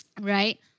Right